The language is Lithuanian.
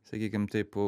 sakykim taip